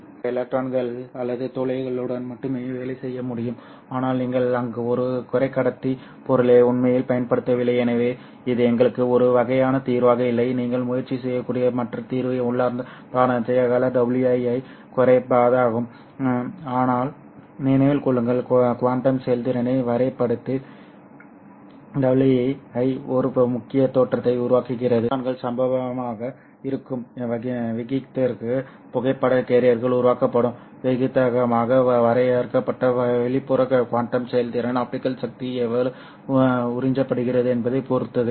எனவே ஒருவர் எலக்ட்ரான்கள் அல்லது துளைகளுடன் மட்டுமே வேலை செய்ய முடியும் ஆனால் நீங்கள் அங்கு ஒரு குறைக்கடத்தி பொருளை உண்மையில் பயன்படுத்தவில்லை எனவே இது எங்களுக்கு ஒரு வகையான தீர்வாக இல்லை நீங்கள் முயற்சி செய்யக்கூடிய மற்ற தீர்வு உள்ளார்ந்த பிராந்திய அகல WI ஐ குறைப்பதாகும் ஆனால் நினைவில் கொள்ளுங்கள் குவாண்டம் செயல்திறனை வரையறுப்பதில் WI ஒரு முக்கிய தோற்றத்தை உருவாக்குகிறது ஃபோட்டான்கள் சம்பவமாக இருக்கும் விகிதத்திற்கு புகைப்பட கேரியர்கள் உருவாக்கப்படும் விகிதமாக வரையறுக்கப்பட்ட வெளிப்புற குவாண்டம் செயல்திறன் ஆப்டிகல் சக்தி எவ்வளவு உறிஞ்சப்படுகிறது என்பதைப் பொறுத்தது